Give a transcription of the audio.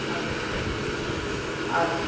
আচ্ছা ঠিক আছে আর